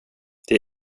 det